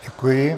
Děkuji.